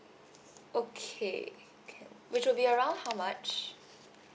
okay can which will be around how much